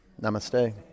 namaste